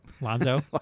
Lonzo